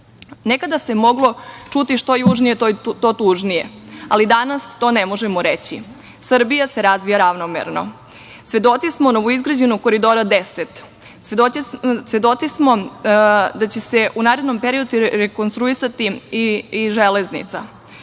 reč. Nekada se moglo čuti – što južnije, to tužnije. Ali, danas to ne možemo reći. Srbija se razvija ravnomerno. Svedoci smo novoizgrađenog Koridora 10. Svedoci smo da će se u narednom periodu rekonstruisati i železnica. Danas